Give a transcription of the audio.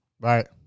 Right